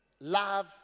Love